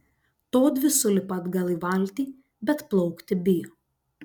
todvi sulipa atgal į valtį bet plaukti bijo